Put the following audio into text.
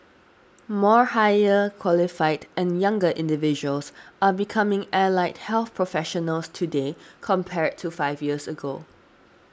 more higher qualified and younger individuals are becoming allied health professionals today compared to five years ago